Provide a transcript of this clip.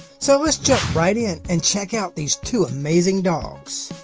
so, let's jump right in and check out these two amazing dogs.